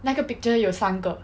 那个 picture 有三个